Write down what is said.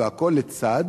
והכול לצד